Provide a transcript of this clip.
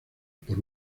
por